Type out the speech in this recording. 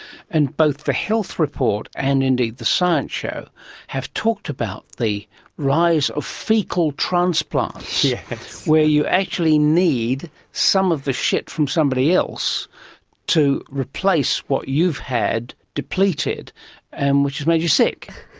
and both the health report and indeed the science show have talked about the rise of faecal transplants where you actually need some of the shit from somebody else to replace what you've had depleted and which has made you sick.